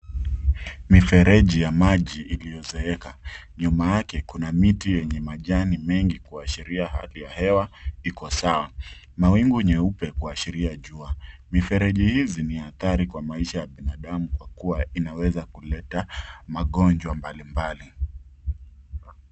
Mifereji ya maji iliyo zeeka. Nyuma yake kuna miti yenye majani mengi kuashiria hali ya hewa iko sawa. Mawingu meupe kuashiria jua. Mifereji hizi ni hatari kwa binadamu kwa kuwa inaweza kuleta magonjwa mbali mbali.